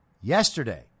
Yesterday